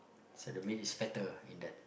so the meat is fatter in that